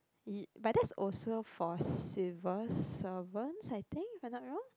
ee but that's also for civil servants I think if I'm not wrong